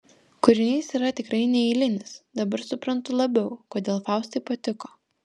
kūrinys yra tikrai neeilinis dabar suprantu labiau kodėl faustai patiko